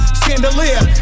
chandelier